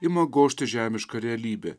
ima gožti žemiška realybė